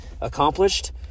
accomplished